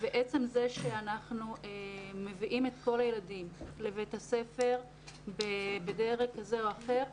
עצם זה שאנחנו מביאים את כל הילדים לבית הספר בדרג כזה או אחר,